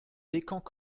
descamps